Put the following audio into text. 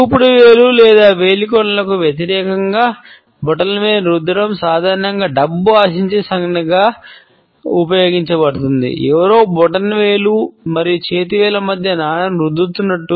చూపుడు వేలు లేదా వేలికొనలకు వ్యతిరేకంగా బొటనవేలును రుద్దడం సాధారణంగా డబ్బు ఆశించే సంజ్ఞగా ఉపయోగించబడుతుంది ఎవరో బొటనవేలు మరియు చేతివేళ్ల మధ్య నాణెం రుద్దుతున్నట్లు